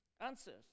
Answers